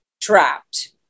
trapped